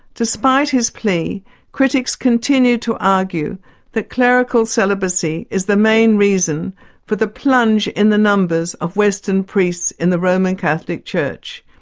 despite his plea critics continue to argue that clerical celibacy is the main reason for the plunge in the numbers of western priests in the roman catholic church,